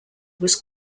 was